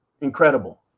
Incredible